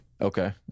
Okay